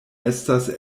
estas